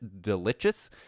Delicious